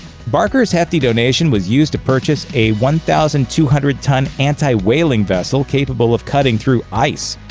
barker's hefty donation was used to purchase a one thousand two hundred ton anti-whaling vessel capable of cutting through ice.